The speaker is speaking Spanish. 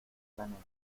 planeta